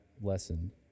lesson